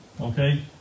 Okay